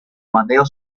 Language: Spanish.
mateo